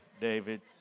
David